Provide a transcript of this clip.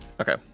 Okay